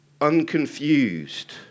unconfused